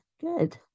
Good